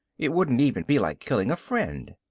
it wouldn't even be like killing a friend,